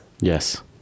Yes